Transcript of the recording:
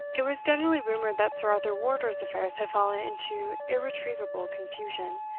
it was generally rumoured that sir arthur wardour's affairs had fallen into irretrievable confusion,